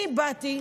אני באתי,